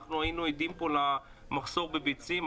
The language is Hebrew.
אנחנו היינו עדים פה למחסור בביצים,